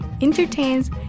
entertains